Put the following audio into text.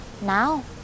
now